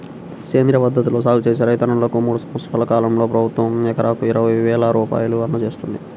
సేంద్రియ పద్ధతిలో సాగు చేసే రైతన్నలకు మూడు సంవత్సరాల కాలంలో ప్రభుత్వం ఎకరాకు ఇరవై వేల రూపాయలు అందజేత్తంది